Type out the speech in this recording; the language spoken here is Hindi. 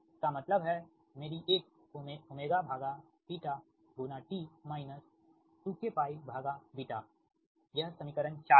इसका मतलब है मेरी x t 2kπ यह समीकरण 4 है